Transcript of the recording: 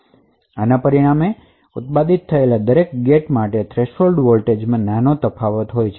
આના પરિણામે ઉત્પાદિત થયેલ દરેક ગેટમાટે તે થ્રેશોલ્ડ વોલ્ટેજમાં નાના તફાવત હશે